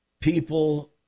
people